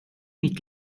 mitt